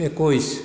একৈছ